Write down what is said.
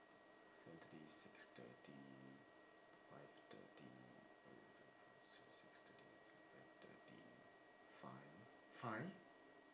seven thirty six thirty five thirty six six thirty five thirty five five